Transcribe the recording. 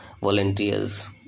volunteers